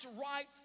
right